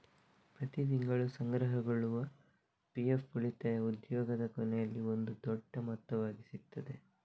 ಪ್ರತಿ ತಿಂಗಳು ಸಂಗ್ರಹಗೊಳ್ಳುವ ಪಿ.ಎಫ್ ಉಳಿತಾಯ ಉದ್ಯೋಗದ ಕೊನೆಯಲ್ಲಿ ಒಂದು ದೊಡ್ಡ ಮೊತ್ತವಾಗಿ ಸಿಗ್ತದೆ